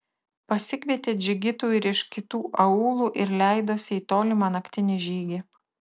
pasikvietė džigitų ir iš kitų aūlų ir leidosi į tolimą naktinį žygį